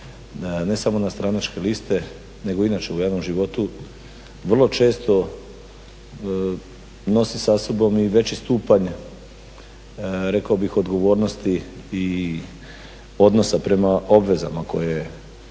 ne samo na stranačke liste nego i inače u javnom životu vrlo često nosi sa sobom i veći stupanj rekao bih odgovornosti i odnosa prema obvezama koje